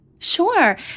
Sure